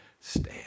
stand